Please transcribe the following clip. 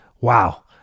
Wow